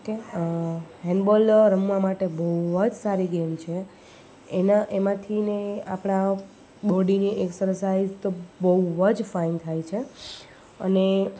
okay handball રમવા માટે બહુ જ સારી ગેમ છે એના એમાંથી ને આપણા બોડી ને એક્સસાઇઝ તો બહુ જ ફાઇન થાય છે અને